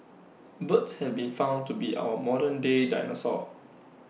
birds have been found to be our modern day dinosaurs